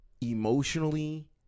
emotionally